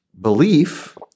belief –